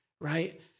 right